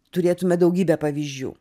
turėtume daugybę pavyzdžių